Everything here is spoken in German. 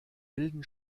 wilden